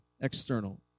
external